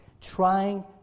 Trying